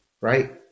right